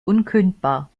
unkündbar